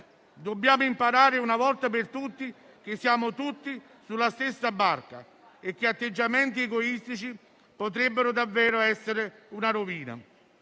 Dobbiamo imparare una volta per tutte che siamo tutti sulla stessa barca e che atteggiamenti egoistici potrebbero davvero essere una rovina.